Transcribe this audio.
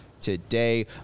today